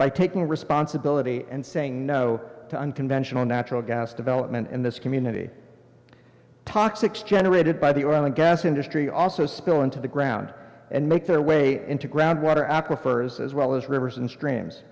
by taking responsibility and saying no to unconventional natural gas development in this community toxics generated by the oil and gas industry also spill into the ground and make their way into groundwater aquifers as well as rivers and streams